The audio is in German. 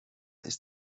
ist